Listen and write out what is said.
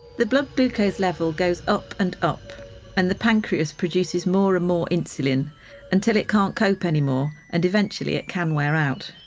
the blood glucose level up and up and the pancreas produces more and more insulin until it can't cope anymore and eventually it can wear out.